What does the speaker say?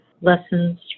lessons